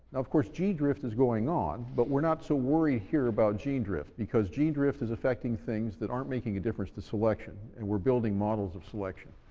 of course, gene drift is going on, but we're not so worried here about gene drift, because gene drift is affecting things that aren't making a difference to selection, and we're building models of selection.